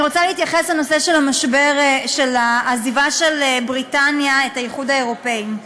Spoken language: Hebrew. אני רוצה להתייחס לנושא המשבר של עזיבת בריטניה את האיחוד האירופי.